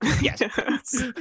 Yes